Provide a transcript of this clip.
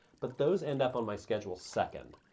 but those end up on my schedule second.